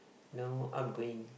no outgoing